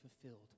fulfilled